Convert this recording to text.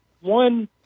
One